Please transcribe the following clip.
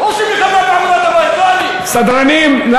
אדוני, תמשיך.